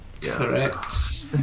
Correct